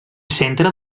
centre